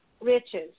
riches